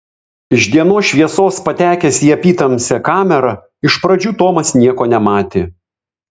iš dienos šviesos patekęs į apytamsę kamerą iš pradžių tomas nieko nematė